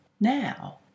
now